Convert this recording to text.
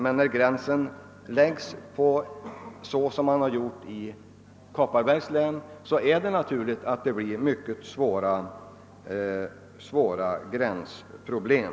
Men när gränsen dras på det sätt som skett i fråga om Kopparbergs län är det naturligt att det blir mycket svåra gränsproblem.